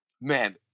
man